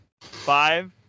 five